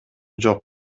жок